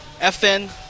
FN